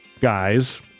guys